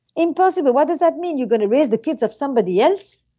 impossible. what does that mean? you're going to raise the kids of somebody else?